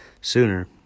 sooner